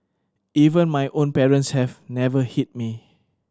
even my own parents have never hit me